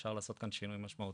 אפשר לעשות כאן שינוי משמעותי.